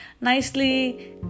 nicely